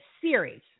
series